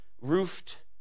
roofed